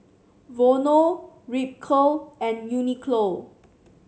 Vono Ripcurl and Uniqlo